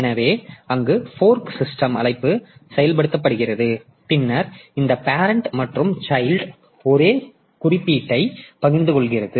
எனவே அங்கு fork system அழைப்பு செயல்படுத்தப்படுகிறது பின்னர் இந்த பேரன்ட் மற்றும் சைல்ட் ஒரே குறியீட்டைப் பகிர்ந்து கொள்கிறார்கள்